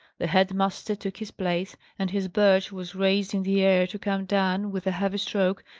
the head-master took his place, and his birch was raised in the air to come down with a heavy stroke,